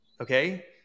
Okay